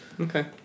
Okay